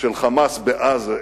של "חמאס" בעזה,